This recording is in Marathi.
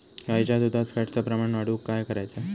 गाईच्या दुधात फॅटचा प्रमाण वाढवुक काय करायचा?